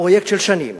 פרויקט של שנים,